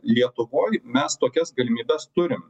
lietuvoj mes tokias galimybes turim